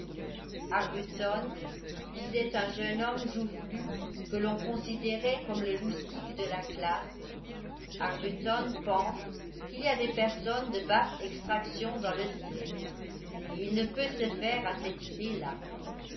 disait un jeune homme joufflu que l'on considérait comme le loustic de la classe arbuton pense qu'il y a des personnes de basse extraction dans le ciel et il ne peut se faire à cette idée-là